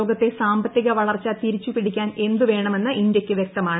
ലോകത്തെ സാമ്പത്തിക വളർച്ച തിരിച്ചുപിടിക്കാൻ എന്തുവേണമെന്ന് ഇന്ത്യയ്ക്ക് വ്യക്തമാണ്